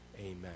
amen